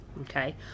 okay